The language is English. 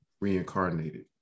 reincarnated